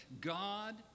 God